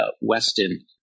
Weston